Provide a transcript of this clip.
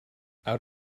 out